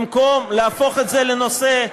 במקום להפוך את זה לנושא,